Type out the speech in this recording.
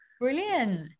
Brilliant